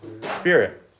spirit